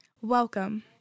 Welcome